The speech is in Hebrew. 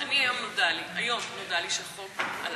היום נודע לי שהחוק עלה.